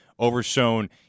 Overshown